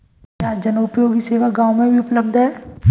क्या जनोपयोगी सेवा गाँव में भी उपलब्ध है?